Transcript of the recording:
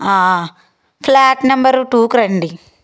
flat number టూకు రండి